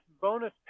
bonus